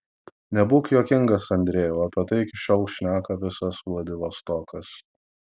nebūk juokingas andrejau apie tai iki šiol šneka visas vladivostokas